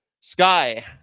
Sky